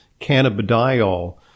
cannabidiol